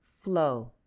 flow